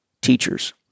teachers